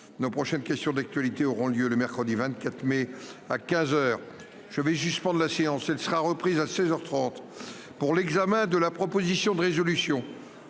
Nos prochaines questions d'actualité auront lieu le mercredi 24 mai à 15h je vais suspendre la séance elle sera reprise à 16h 30 pour l'examen de la proposition de résolution